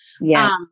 Yes